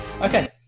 Okay